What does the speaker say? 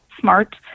smart